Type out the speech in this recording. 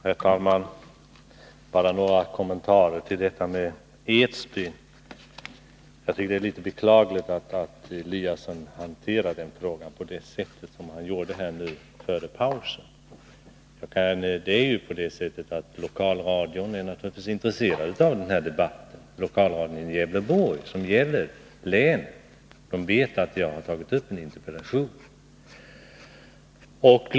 Herr talman! Bara några kommentarer till frågan om Edsbyn. Jag tycker det är beklagligt att Ingemar Eliasson hanterar den frågan på det sätt som han gjorde här före pausen. Det är naturligtvis så att lokalradion i Gävleborgs län är intresserad av den här debatten, som gäller förhållandena i länet. Man vet att jag har tagit upp problemen i min interpellation.